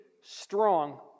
strong